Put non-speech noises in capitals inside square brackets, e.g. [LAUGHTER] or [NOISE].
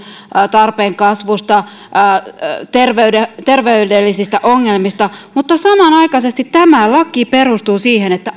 tarpeen kasvusta terveydellisistä ongelmista mutta samanaikaisesti tämä laki perustuu siihen että [UNINTELLIGIBLE]